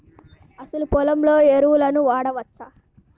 అసలు పొలంలో ఎరువులను వాడవచ్చా?